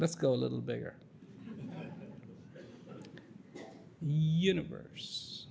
let's go a little bigger universe